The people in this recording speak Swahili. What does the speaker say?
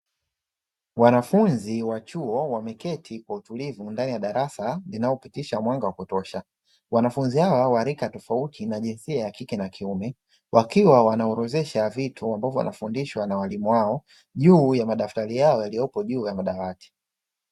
Wanafunzi wa chuo wameketi kwa utulivu ndani ya darasa linalopitisha mwanga wa kutosha. Wanafunzi hawa wa rika tofauti na jinsia ya kike na kiume, wakiwa wanaorodhesha vitu ambavyo wanafundishwa na walimu wao juu ya madaftari yao yaliyopo juu ya madawati.